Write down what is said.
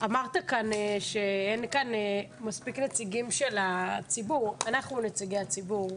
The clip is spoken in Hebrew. אמרת שאין כאן מספיק נציגים של הציבור אנחנו נציגי הציבור.